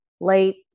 late